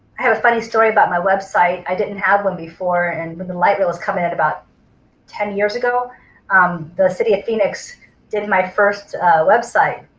have a funny story about my website. i didn't have one before and and but the light that was coming at about ten years ago um the city of phoenix did my first website.